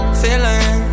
feeling